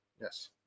Yes